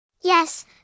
Yes